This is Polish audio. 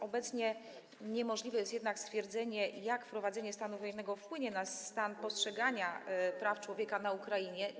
Obecnie niemożliwe jest jednak stwierdzenie, jak wprowadzenie stanu wojennego wpłynie na stan postrzegania praw człowieka na Ukrainie.